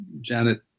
Janet